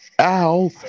Ow